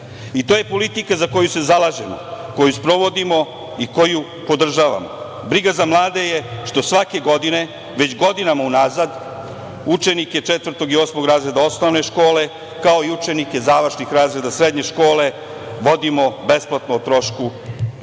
To je politika za koju se zalažemo, koju sprovodimo i koju podržavamo. Briga za mlade je što svake godine već godinama unazad učenike četvrtog o i osmog razreda osnovne škole, kao i učenike završnih razreda srednje škole vodimo besplatno o trošku grada